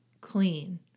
clean